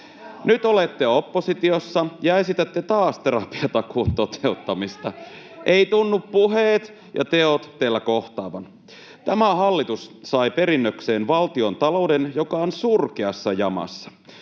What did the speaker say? Nyt olette oppositiossa ja esitätte taas terapiatakuun toteuttamista. Eivät tunnu puheet ja teot teillä kohtaavan. Tämä hallitus sai perinnökseen valtiontalouden, joka on surkeassa jamassa.